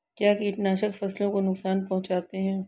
क्या कीटनाशक फसलों को नुकसान पहुँचाते हैं?